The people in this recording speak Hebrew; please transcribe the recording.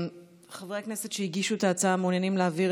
חברי הכנסת שהגישו את ההצעה מעוניינים להעביר